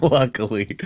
Luckily